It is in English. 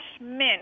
mint